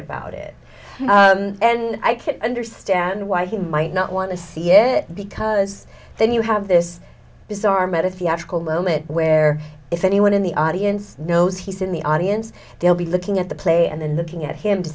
about it and i can understand why he might not want to see it because then you have this bizarre met a theatrical moment where if anyone in the audience knows he's in the audience they'll be looking at the play and then the thing at him to